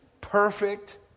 perfect